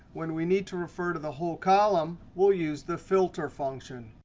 when we need to refer to the whole column, we'll use the filter function.